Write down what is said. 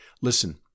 listen